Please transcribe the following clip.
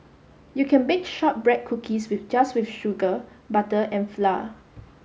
you can bake shortbread cookies with just with sugar butter and flour